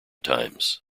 times